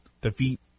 defeat